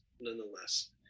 nonetheless